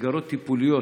מסגרות טיפוליות,